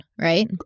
right